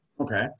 Okay